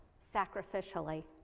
sacrificially